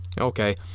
Okay